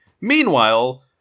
Meanwhile